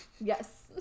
yes